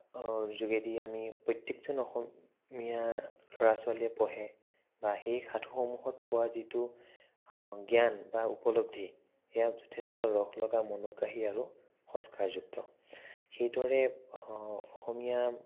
যোগেদি আমি প্ৰত্যেকজন অসমীয়া ল'ৰা ছোৱালীয়ে পঢ়ে বা সেই সাধুসমূহত পোৱা যিটো জ্ঞান বা উপলব্ধি সেয়াও যথেষ্ট ৰসলগা মনোগ্ৰাহী আৰু সংস্কাৰযুক্ত সেইদৰে অসমীয়া